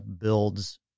builds